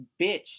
Bitch